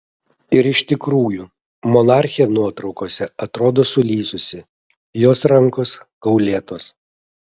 ir iš tikrųjų monarchė nuotraukose atrodo sulysusi jos rankos kaulėtos